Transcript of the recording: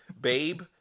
Babe